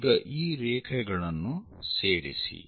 ಈಗ ಈ ರೇಖೆಗಳನ್ನು ಸೇರಿಸಿ